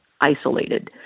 isolated